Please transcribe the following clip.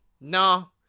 no